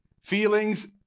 feelings